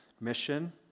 mission